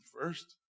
first